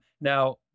Now